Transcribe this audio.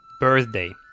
birthday